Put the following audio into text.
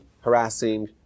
harassing